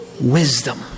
wisdom